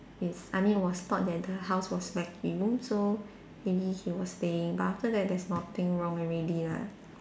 is I mean it was thought that the house was vacuum so maybe he will stay but after that there's nothing wrong already lah